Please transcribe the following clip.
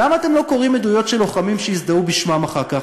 למה אתם לא קוראים עדויות של לוחמים שהזדהו בשמם אחר כך,